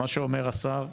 מה שאומר השר,